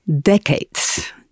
decades